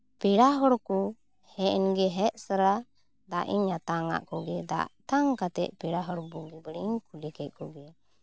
ᱯᱮᱲᱟ ᱦᱚᱲᱠᱚ ᱦᱮᱡ ᱮᱱᱜᱮ ᱦᱮᱡ ᱛᱚᱨᱟ ᱫᱟᱜ ᱤᱧ ᱟᱛᱟᱝ ᱟᱜ ᱠᱚᱜᱮ ᱫᱟᱜ ᱟᱛᱟᱝ ᱠᱟᱛᱮᱫ ᱯᱮᱲᱟ ᱦᱚᱲᱵᱚᱱ ᱵᱩᱜᱤ ᱵᱟᱹᱲᱤᱡ ᱤᱧ ᱠᱩᱞᱤ ᱠᱮᱫ ᱠᱚᱜᱮ